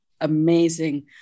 Amazing